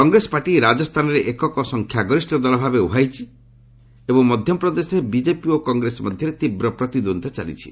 Congress party ରାଜସ୍ଥାନରେ ଏକକ ସଂଖ୍ୟାଗରିଷ୍ଣ ଦଳ ଭାବେ ଉଭା ହୋଇଛି ଏବଂ ମଧ୍ୟପ୍ରଦେଶରେ ବିଜେପି ଓ କଂଗ୍ରେସ ମଧ୍ୟରେ ତୀବ୍ର ପ୍ରତିଦ୍ୱନ୍ଦ୍ୱିତା ଚାଲିଛି